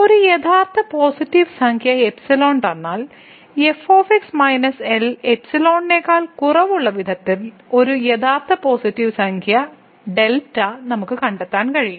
ഒരു യഥാർത്ഥ പോസിറ്റീവ് സംഖ്യ എപ്സിലോൺ തന്നാൽ f L എപ്സിലോണിനേക്കാൾ കുറവുള്ള വിധത്തിൽ ഒരു യഥാർത്ഥ പോസിറ്റീവ് സംഖ്യ ഡെൽറ്റ നമുക്ക് കണ്ടെത്താൻ കഴിയും